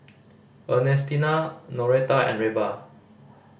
Ernestina Noreta and Reba